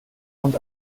und